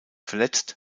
verletzt